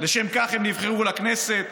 לשם כך הם נבחרו לכנסת,